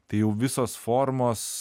tai jau visos formos